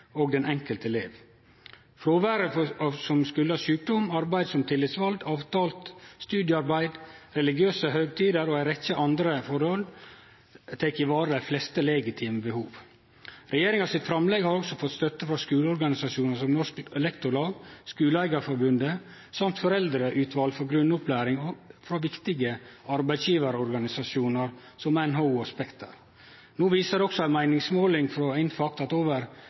og den enkelte elev. Fråvære som skuldast sjukdom, arbeid som tillitsvald, avtalt studiearbeid, religiøse høgtider og ei rekkje andre forhold, tek i vare dei fleste legitime behov. Framlegget frå regjeringa har også fått støtte frå skuleorganisasjonar som Norsk Lektorlag og Skuleleiarforbundet, samt Foreldreutvalet for grunnopplæringa og frå viktige arbeidsgjevarorganisasjonar som NHO og Spekter. No viser også ei meiningsmåling frå Infact at over